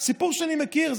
סיפור שאני מכיר,